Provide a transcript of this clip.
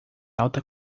alta